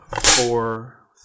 four